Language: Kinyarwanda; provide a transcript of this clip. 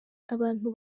abantu